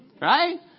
Right